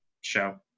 show